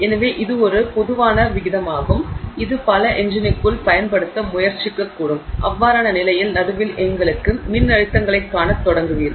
எனவே இது ஒரு பொதுவான விகிதமாகும் இது பல என்ஜின்கள் பயன்படுத்த முயற்சிக்கக்கூடும் அவ்வாறான நிலையில் நடுவில் எங்காவது மின்னழுத்தங்களைக் காணத் தொடங்குவீர்கள்